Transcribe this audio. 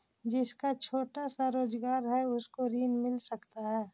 जिसका छोटा सा रोजगार है उसको ऋण मिल सकता है?